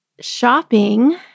shopping